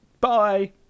Bye